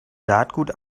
saatgut